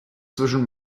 zwischen